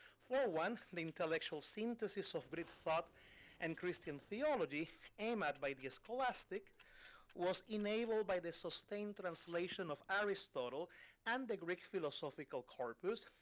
for one, the intellectual synthesis of but of thought and christian theology aimed at by the scholastic was enabled by the sustained translation of aristotle and the greek philosophical corpus,